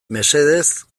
mesedez